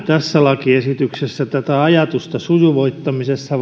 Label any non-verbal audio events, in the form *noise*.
tässä lakiesityksessä on tämä ajatus sujuvoittamisesta *unintelligible*